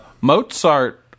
Mozart